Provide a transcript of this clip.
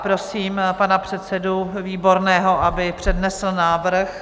Prosím pana předsedu Výborného, aby přednesl návrh.